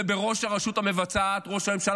ובראש הרשות המבצעת ראש הממשלה,